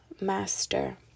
master